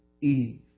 Eve